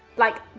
like,